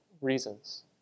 reasons